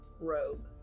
rogue